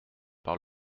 par